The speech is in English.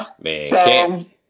Man